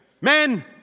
Men